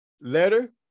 letter